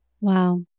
Wow